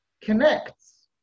connects